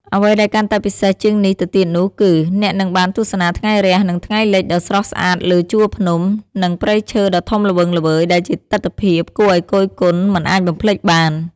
អ្វីដែលកាន់តែពិសេសជាងនេះទៅទៀតនោះគឺ អ្នកនឹងបានទស្សនាថ្ងៃរះ និងថ្ងៃលិចដ៏ស្រស់ស្អាតលើជួរភ្នំ និងព្រៃឈើដ៏ធំល្វឹងល្វើយ ដែលជាទិដ្ឋភាពគួរឲ្យគយគន់មិនអាចបំភ្លេចបាន។